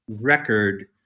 record